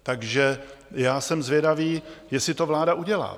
Takže já jsem zvědavý, jestli to vláda udělá.